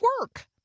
work